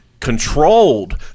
controlled